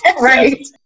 Right